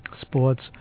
sports